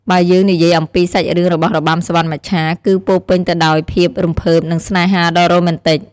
បើយើងនិយាយអំពី សាច់រឿងរបស់របាំសុវណ្ណមច្ឆា គឺពោរពេញទៅដោយភាពរំភើបនិងស្នេហាដ៏រ៉ូមែនទិក។